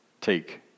take